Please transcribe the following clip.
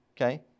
okay